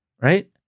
right